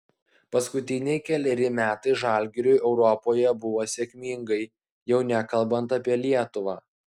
paskutiniai keleri metai žalgiriui europoje buvo sėkmingai jau nekalbant apie lietuvą